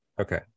Okay